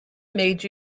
made